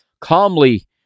calmly